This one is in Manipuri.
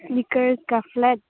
ꯁ꯭ꯅꯤꯀꯔꯁꯇ ꯐ꯭ꯂꯦꯠ